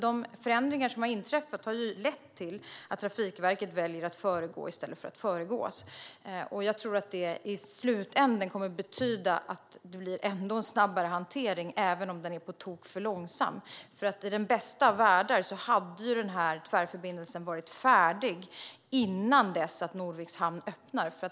De förändringar som har inträffat har lett till att Trafikverket väljer att föregå i stället för att föregås. Det kommer i slutänden att betyda att det ändå blir en snabbare hantering även om den är på tok för långsam. I den bästa av världar hade tvärförbindelsen varit färdig innan Norviks hamn öppnar.